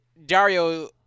Dario